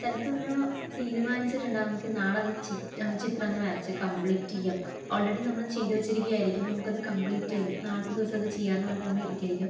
ചിലപ്പോൾ നമ്മൾ തീരുമാനിച്ചിട്ടുണ്ടാകും എനിക്ക് നാളെ അത് ചിത്രമൊന്ന് വരച്ച് കംപ്ലീറ്റ് ചെയ്യാം ഓൾ റെഡി നമ്മൾ ചെയ്ത് വച്ചിരിക്കുവായിരിക്കും നമുക്കത് കംപ്ലീറ്റ് ചെയ്യാം നാളത്തെ ദിവസം അത് ചെയ്യാമെന്ന് പറഞ്ഞിട്ട് നമ്മൾ ഇരിക്കുകയായിരിക്കും